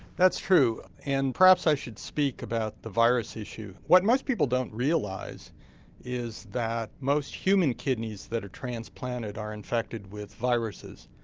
that's true and perhaps i should speak about the virus issue. what most people don't realise is that most human kidneys that are transplanted are infected with viruses.